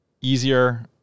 easier